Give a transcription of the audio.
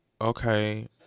Okay